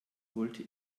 wollte